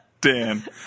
Dan